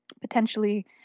potentially